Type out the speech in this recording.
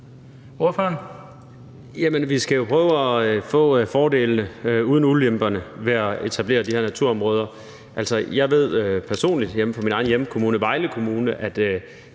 vi skal jo prøve at få fordelene uden ulemperne ved at etablere de her naturområder. Jeg ved personligt fra min egen hjemkommune,